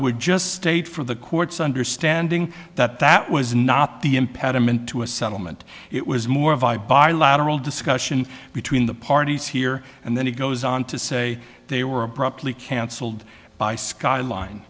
would just state for the court's understanding that that was not the impediment to a settlement it was more a vibe i lateral discussion between the parties here and then he goes on to say they were abruptly canceled by skyline